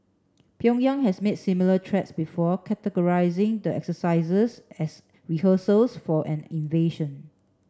Pyongyang has made similar threats before characterising the exercises as rehearsals for an invasion